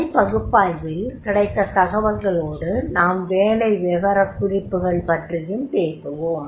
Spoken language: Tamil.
பணிப் பகுப்பாய்வில் கிடைத்த தகவல்களோடு நாம் வேலை விவரக்குறிப்புகள் பற்றியும் பேசுவோம்